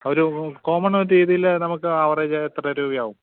ഒരു കോമണ് ഒരു രീതിയിൽ നമുക്ക് ആവറേജ് എത്ര രൂപയാവും